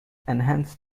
enhanced